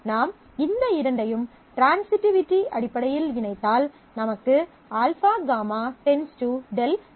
நாம் இந்த இரண்டையும் ட்ரான்சிட்டிவிட்டி அடிப்படையில் இணைத்தால் நமக்கு α γ → δ கிடைக்கும்